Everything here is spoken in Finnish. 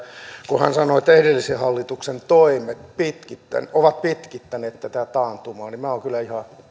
kun hän sanoi että edellisen hallituksen toimet ovat pitkittäneet tätä taantumaa minä olen kyllä